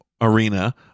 arena